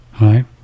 right